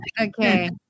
Okay